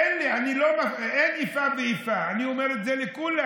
אין איפה ואיפה, אני אומר את זה לכולם.